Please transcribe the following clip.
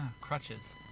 crutches